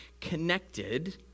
connected